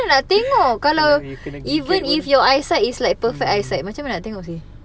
kalau you kena gigit pun mm